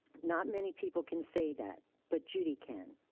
not many people can say that, but judy can.